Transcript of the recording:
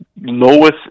lowest